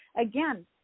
again